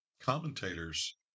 commentators